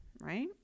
right